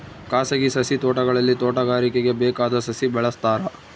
ಖಾಸಗಿ ಸಸಿ ತೋಟಗಳಲ್ಲಿ ತೋಟಗಾರಿಕೆಗೆ ಬೇಕಾದ ಸಸಿ ಬೆಳೆಸ್ತಾರ